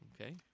okay